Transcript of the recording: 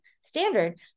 standard